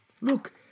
look